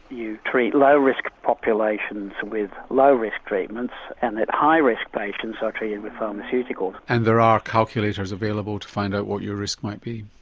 you treat low-risk populations with low-risk treatments and that high-risk patients are treated with pharmaceuticals. and there are calculators available to find out what your risk might be?